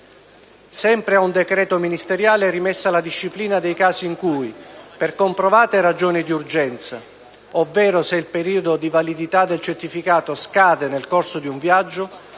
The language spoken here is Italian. Sempre a un decreto ministeriale è rimessa la disciplina dei casi in cui, per comprovate ragioni di urgenza ovvero se il periodo di validità del certificato scade nel corso di un viaggio,